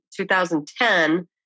2010